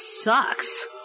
sucks